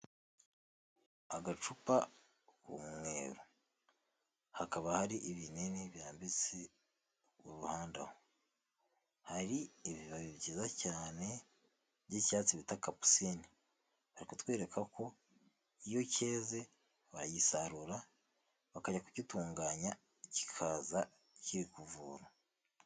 Agacupa k'umweru, hakaba hari ibinini birambitse iruhande aho, hari ibibabi byiza cyane by'icyatsi bita kapusine, bari kutwereka ko iyo cyeze baragisarura bakajya kugitunganya kikaza kiri kuvura.